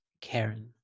Karen